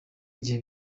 igihe